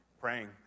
praying